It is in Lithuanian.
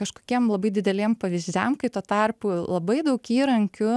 kažkokiem labai dideliem pavyzdžiam kai tuo tarpu labai daug įrankių